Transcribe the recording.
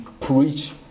preach